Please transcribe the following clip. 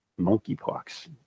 Monkeypox